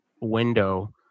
window